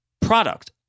product